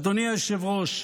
אדוני היושב-ראש,